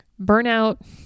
burnout